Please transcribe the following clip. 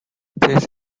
this